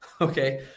okay